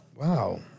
Wow